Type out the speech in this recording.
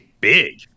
big